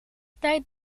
tijd